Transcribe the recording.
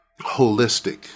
holistic